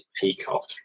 Peacock